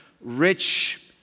rich